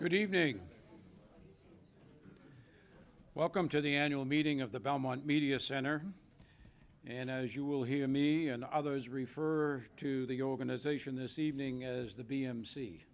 good evening welcome to the annual meeting of the belmont media center and as you will hear me and others refer to the organization this evening as the b m c